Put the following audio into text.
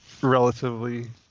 relatively